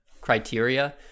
criteria